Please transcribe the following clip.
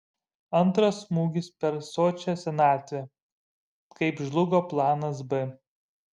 antras smūgis per sočią senatvę kaip žlugo planas b